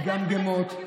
מגמגמות,